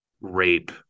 rape